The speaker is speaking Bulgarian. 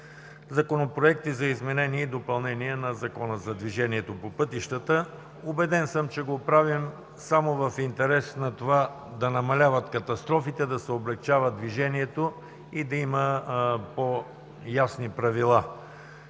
законопроекти за изменение и допълнение на Закона за движението по пътищата. Убеден съм, че го правим само в интерес на това да намаляват катастрофите, да се облекчава движението и да има по-ясни правила.